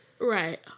Right